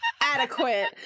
Adequate